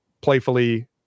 playfully